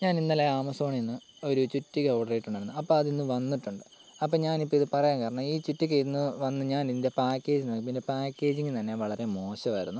ഞാനിന്നലെ ആമസോണിന്ന് ഒരു ചുറ്റിക ഓഡറു ചെയ്തിട്ടുണ്ടായിരുന്നു അപ്പം അതിന്നു വന്നിട്ടുണ്ട് അപ്പം ഞാനിപ്പോൾ ഇത് പറയാൻ കാരണം ഈ ചുറ്റിക ഇന്ന് വന്ന് ഞാനിതിൻ്റെ പാക്കേജ് നോക്കിയപ്പോൾ ഇതിൻ്റെ പാക്കേജിങ് തന്നെ വളരെ മോശമായിരുന്നു